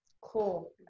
Cool